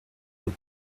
book